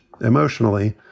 emotionally